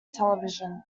television